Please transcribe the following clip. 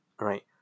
right